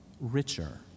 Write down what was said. richer